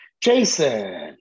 Jason